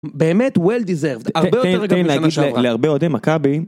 באמת well desert תן לי להגיד להרבה אוהדי מכבי.